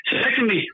Secondly